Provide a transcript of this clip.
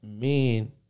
men